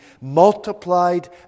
multiplied